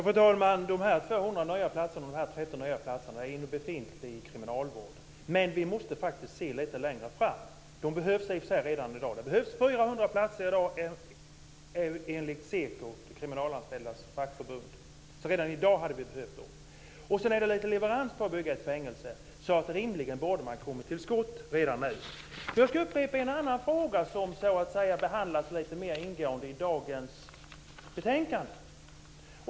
Fru talman! Yilmaz Kerimo talar om 200 och 30 nya platser inom befintlig kriminalvård. Men vi måste faktiskt se lite längre fram, även om dessa platser i och för sig behövs redan i dag. Det behövs 400 platser i dag, enligt SEKO, de kriminalanställdas fackförbund. Vi behöver dem alltså redan i dag. Sedan tar det lite tid att bygga ett fängelse. Därför borde man rimligen ha kommit till skott redan nu. Jag ska upprepa en annan fråga som behandlas lite mer ingående i dagens betänkande.